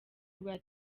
rwa